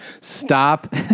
stop